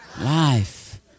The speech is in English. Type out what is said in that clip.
life